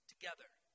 Together